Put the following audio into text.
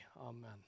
Amen